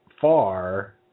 far